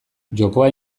jokoa